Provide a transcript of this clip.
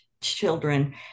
children